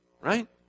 right